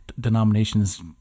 denominations